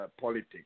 politics